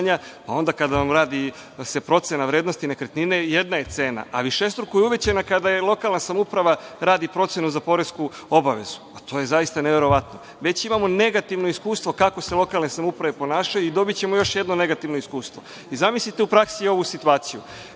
a onda kada se uradi procena vrednosti nekretnine, jedna je cena, a višestruko je uvećana kada lokalna samouprava radi procenu za poresku obavezu. To je zaista neverovatno. Već imamo negativno iskustvo kako se lokalne samouprave ponašaju i dobićemo još jedno negativno iskustvo. I zamislite u praksi ovu situaciju